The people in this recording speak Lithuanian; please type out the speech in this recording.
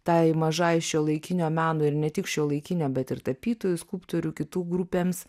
tai mažai šiuolaikinio meno ir ne tik šiuolaikinio bet ir tapytojų skulptorių kitų grupėms